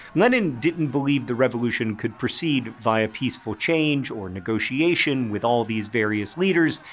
lenin didn't believe the revolution could proceed via peaceful change or negotiation with all these various leaders